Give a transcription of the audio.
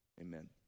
amen